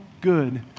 good